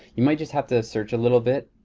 you might just have to search a little bit.